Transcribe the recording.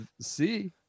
see